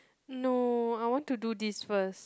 no I want to do this first